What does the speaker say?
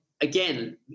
again